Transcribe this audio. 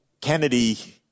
Kennedy